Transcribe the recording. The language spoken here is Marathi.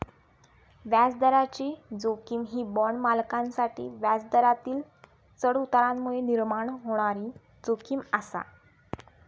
व्याजदराची जोखीम ही बाँड मालकांसाठी व्याजदरातील चढउतारांमुळे निर्माण होणारी जोखीम आसा